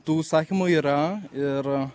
tų užsakymų yra ir